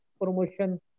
promotion